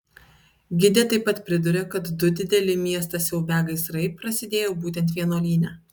gidė taip pat priduria kad du dideli miestą siaubią gaisrai prasidėjo būtent vienuolyne